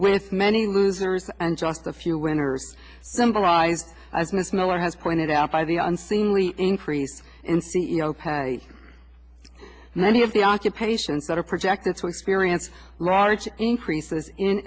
with many losers and just a few winners symbolize i've missed miller has pointed out by the unseemly increase in c e o pay many of the occupations that are projected to experience large increases in